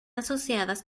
asociadas